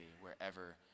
wherever